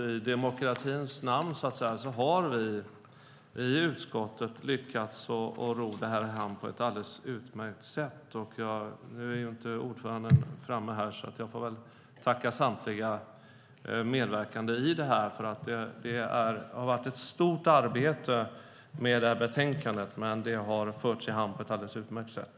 I demokratins namn har vi i utskottet lyckats ro detta i hamn på ett alldeles utmärkt sätt. Nu är inte ordföranden här, så jag får tacka samtliga medverkande i detta. Det har nämligen varit ett stort arbete med detta betänkande, men det har förts i hamn på ett alldeles utmärkt sätt.